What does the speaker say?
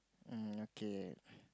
um okay